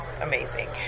amazing